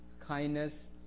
kindness